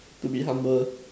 to be humble